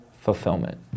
fulfillment